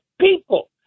people